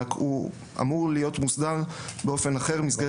הוא רק אמור להיות מוסדר באופן אחר במסגרת